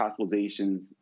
hospitalizations